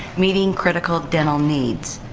meeting critical dental needs.